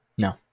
No